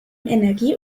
energie